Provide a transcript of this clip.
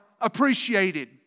appreciated